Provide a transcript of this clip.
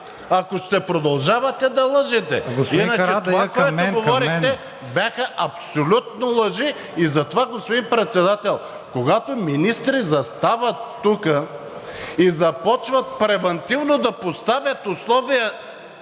към мен! МУСТАФА КАРАДАЙЪ: Иначе това, което говорите, бяха абсолютни лъжи. И затова, господин Председател, когато министри застават тук и започват превантивно да поставят условия